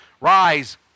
rise